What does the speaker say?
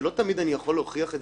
למשל הייתה בקשה לעזרה משפטית.